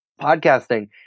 Podcasting